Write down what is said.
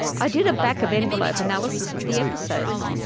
i did a back-of-envelope analysis of the episodes,